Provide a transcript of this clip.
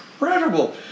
incredible